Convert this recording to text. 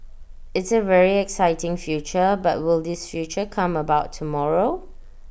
it's A very exciting future but will this future come about tomorrow